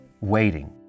waiting